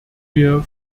wir